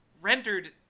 rendered